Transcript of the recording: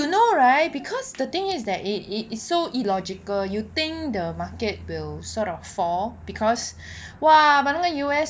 you know right because the thing is that it it is so illogical you think the market will sort of fall because !wah! but 那个 U_S